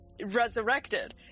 resurrected